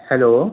hello